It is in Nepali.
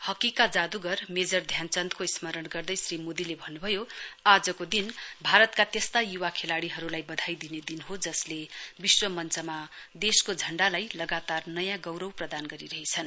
हकी का जाद्रगर मेजर ध्यानचन्दको स्मरण गर्दै श्री मोदीले भन्नभयो आजको दिन भारतका त्यस्ता युवा खेलाड़ीहरुलाई बधाई दिने दिन हो जसले विश्व मञ्चमा देशको तिरंगालाई लगातार नयाँ गौरव प्रदान गरिरहेछन्